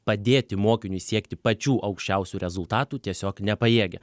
padėti mokiniui siekti pačių aukščiausių rezultatų tiesiog nepajėgia